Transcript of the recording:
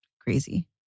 crazy